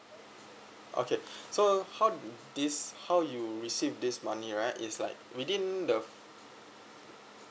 okay so how this how you'll receive this money right is like within the